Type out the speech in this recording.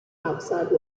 outside